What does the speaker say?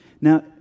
Now